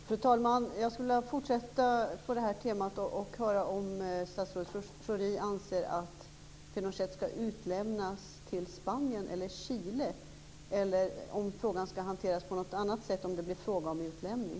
Fru talman! Jag skulle vilja fortsätta på detta tema och höra om statsrådet Schori anser att Pinochet skall utlämnas till Spanien eller till Chile eller om frågan skall hanteras på något annat sätt, om det blir fråga om utlämning.